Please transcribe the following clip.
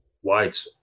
white